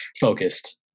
focused